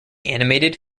animated